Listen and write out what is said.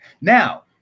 Now